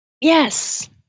Yes